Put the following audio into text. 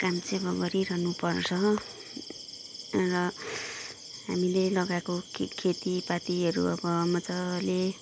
काम चाहिँ अब गरिरहनु पर्छ र हामीले लगाएको खेतीपातीहरू अब मजाले